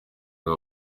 ngo